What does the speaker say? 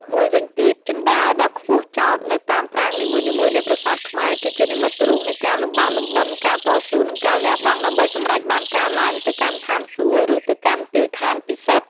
មួយវិញទៀត ជណ្តើរដ៏ខ្ពស់ចោទនៅតាមប្រាង្គនីមួយៗនៃប្រាសាទខ្មែរ គឺជានិមិត្តរូបនៃការលំបាកលំបិន ការតស៊ូ និងការលះបង់ដើម្បីសម្រេចបានការឡើងទៅកាន់ឋានសួគ៌ ឬទៅកាន់ទីឋានពិសិដ្ឋ។